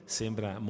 sembra